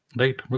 right